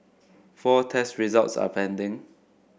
four test results are pending